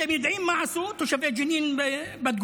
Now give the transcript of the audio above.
אתם יודעים מה עשו תושבי בג'נין בתגובה?